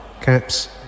Caps